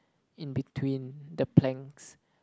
in between the planks